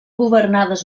governades